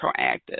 proactive